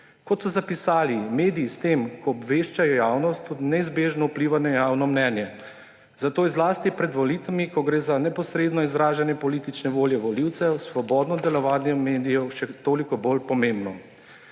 Kot so zapisali, mediji s tem, ko obveščajo javnost, neizbežno vplivajo na javno mnenje. Zato je zlasti pred volitvami, ko gre za neposredno izražanje politične volje volivcev, svobodno delovanje medijev še toliko bolj pomembno.